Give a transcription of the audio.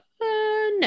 no